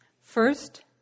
First